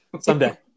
Someday